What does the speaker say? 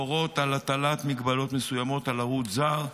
לשר התקשורת הסמכות להורות על הטלת מגבלות מסוימות על ערוץ זר,